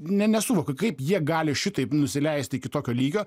ne nesuvokiu kaip jie gali šitaip nusileisti iki tokio lygio